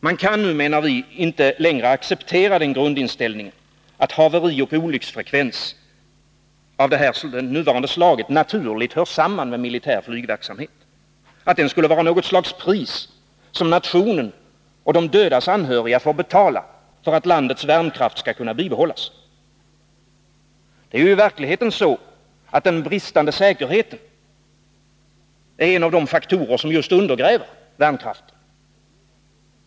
Man kan, menar vi, inte längre acceptera den grundinställningen att haverioch olycksfrekvens av nuvarande slag naturligt hör samman med militär flygverksamhet, att den skulle vara något slags pris som nationen och de dödas anhöriga får betala för att landets värnkraft skall kunna bibehållas. Det är ju i verkligen så att den bristande säkerheten är just en av de faktorer som undergräver värnkraften.